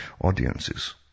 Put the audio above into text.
audiences